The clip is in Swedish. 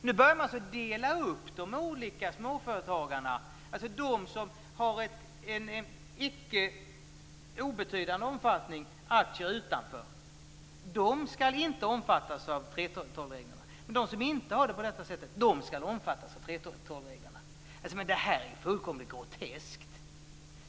Nu börjar man alltså dela upp de olika småföretagarna. De som har en icke obetydlig andel aktier utanför skall inte omfattas av 3:12-reglerna, men de som inte har det på detta sätt skall omfattas av 3:12-reglerna. Detta är fullkomligt groteskt.